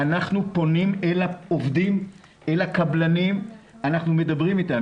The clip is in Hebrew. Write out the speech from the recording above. אנחנו פונים אל העובדים, אל הקבלנים ומדברים איתם.